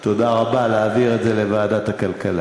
תודה רבה, להעביר את זה לוועדת הכלכלה.